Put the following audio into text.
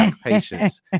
patience